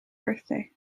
birthday